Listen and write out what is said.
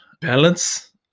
balance